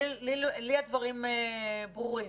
לי הדברים ברורים.